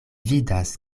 vidas